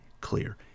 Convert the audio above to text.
clear